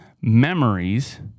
memories